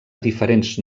diferents